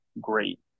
great